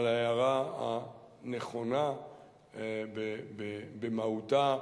על ההערה הנכונה במהותה.